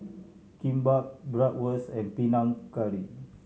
Kimbap Bratwurst and Panang Curry